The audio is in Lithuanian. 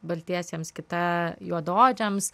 baltiesiems kita juodaodžiams